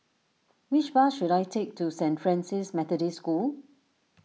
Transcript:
which bus should I take to Saint Francis Methodist School